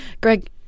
Greg